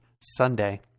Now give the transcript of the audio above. Sunday